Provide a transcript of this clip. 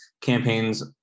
campaigns